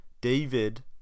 David